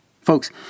Folks